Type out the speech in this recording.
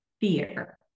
fear